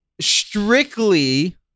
strictly